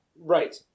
Right